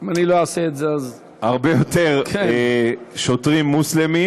אני לא אעשה את זה, אז, הרבה יותר שוטרים מוסלמים,